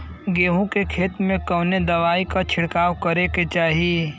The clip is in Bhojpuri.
गेहूँ के खेत मे कवने दवाई क छिड़काव करे के चाही?